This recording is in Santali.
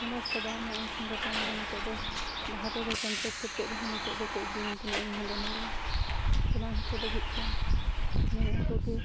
ᱯᱷᱮᱢᱟᱥ ᱪᱟᱵᱟ ᱮᱱᱟᱠᱷᱟᱱ ᱫᱚ ᱛᱟᱭᱚᱢ ᱫᱚ ᱱᱤᱛᱳᱜ ᱫᱚ ᱵᱟᱦᱨᱮ ᱨᱮ ᱠᱚᱱᱴᱮᱠᱴ ᱠᱟᱛᱮ ᱨᱮᱦᱚᱸ ᱱᱤᱛᱳᱜ ᱫᱚᱠᱚ ᱤᱫᱤᱧ ᱠᱟᱱᱟ ᱤᱧ ᱦᱟᱸᱰᱮ ᱱᱷᱟᱰᱮ ᱵᱮᱱᱟᱣ ᱦᱚᱪᱚ ᱞᱟᱹᱜᱤᱫ ᱛᱮ ᱢᱮᱱᱮᱜ ᱟᱠᱚ ᱠᱤ